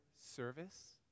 service